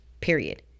period